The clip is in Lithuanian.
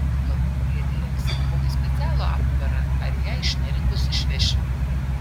galbūt briedei įrengsime kokį specialų aptvarą ar ją iš neringos išvešime